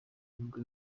nibwo